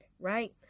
right